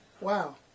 Wow